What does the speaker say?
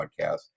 podcast